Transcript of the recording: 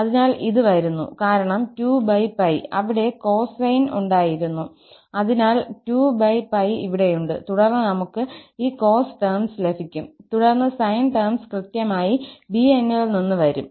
അതിനാൽ ഇത് വരുന്നു കാരണം 2𝜋 ഇവിടെ കോസിൽ ഉണ്ടായിരുന്നു അതിനാൽ 2𝜋 ഇവിടെയുണ്ട് തുടർന്ന് നമുക്ക് ഈ കോസ് ടെംസ് ലഭിക്കും തുടർന്ന് സൈൻ ടെംസ് കൃത്യമായി 𝑏𝑛 ൽ നിന്ന് വരും